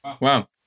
Wow